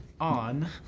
on